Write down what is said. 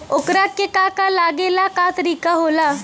ओकरा के का का लागे ला का तरीका होला?